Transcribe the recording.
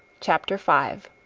chapter five